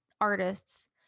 artists